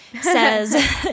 says